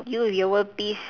you your world peace